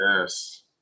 Yes